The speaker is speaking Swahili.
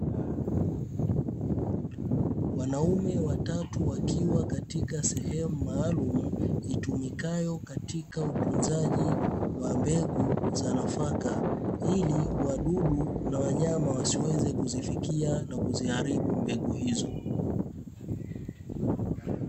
Wanaume watatu wakiwa katika sehemu maalumu itumikayo katika utunzaji wa mbegu za nafaka ili wadudu na wanyama wasiweze kuzifikia na kuziharibu mbegu hizo.